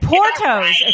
Portos